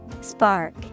Spark